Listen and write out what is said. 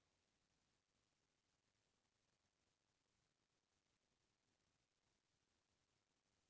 का gibberellic acid ल गोभी के वृद्धि बर उपयोग म लाये जाथे सकत हे?